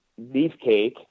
beefcake